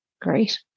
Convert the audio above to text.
Great